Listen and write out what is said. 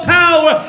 power